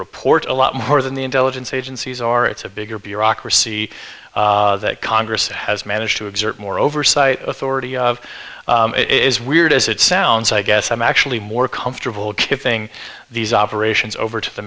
report a lot more than the intelligence agencies are it's a bigger bureaucracy that congress has managed to exert more oversight authority of it is weird as it sounds i guess i'm actually more comfortable giving these operations over to the